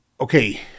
Okay